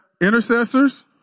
intercessors